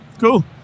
Cool